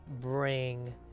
bring